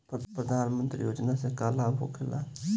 प्रधानमंत्री योजना से का लाभ होखेला?